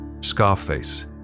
scarface